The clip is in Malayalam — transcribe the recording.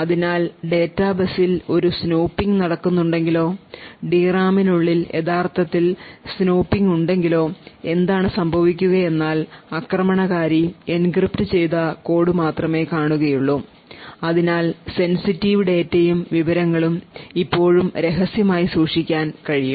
അതിനാൽ ഡാറ്റാ ബസ്സിൽ ഒരു സ്നൂപ്പിംഗ് നടക്കുന്നുണ്ടെങ്കിലോ ഡി റാമിനുള്ളിൽ യഥാർത്ഥത്തിൽ സ്നൂപ്പിംഗ് ഉണ്ടെങ്കിലോ എന്താണ് സംഭവിക്കുകയെന്നാൽ ആക്രമണകാരി എൻക്രിപ്റ്റ് ചെയ്ത കോഡ് മാത്രമേ കാണുകയുള്ളു അതിനാൽ സെൻസിറ്റീവ് ഡാറ്റയും വിവരങ്ങളും ഇപ്പോഴും രഹസ്യമായി സൂക്ഷിക്കാൻ കഴിയും